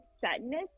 sadness